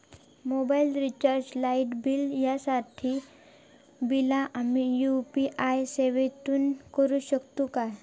Mobile recharge, light bill यांसारखी बिला आम्ही यू.पी.आय सेवेतून करू शकतू काय?